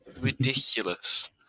Ridiculous